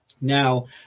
Now